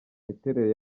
miterere